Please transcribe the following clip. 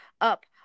up